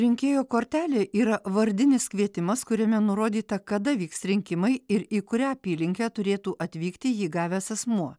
rinkėjo kortelė yra vardinis kvietimas kuriame nurodyta kada vyks rinkimai ir į kurią apylinkę turėtų atvykti jį gavęs asmuo